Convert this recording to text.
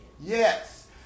Yes